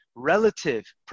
relative